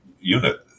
unit